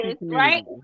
right